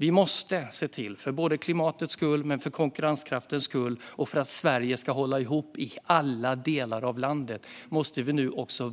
Vi måste för klimatets och konkurrenskraftens skull och för att Sverige ska hålla ihop i alla delar av landet